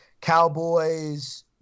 Cowboys